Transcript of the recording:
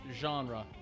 genre